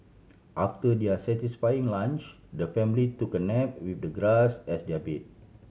after their satisfying lunch the family took a nap with the grass as their bed